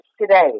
today